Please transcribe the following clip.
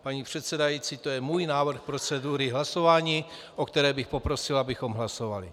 Paní předsedající, to je můj návrh procedury hlasování, o kterém bych poprosil, abychom hlasovali.